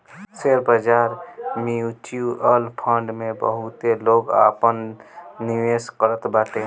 share बाजार, mutual fund में बहुते लोग आपन निवेश करत बाटे